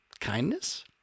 kindness